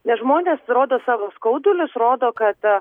nes žmonės rodo savo skaudulius rodo kad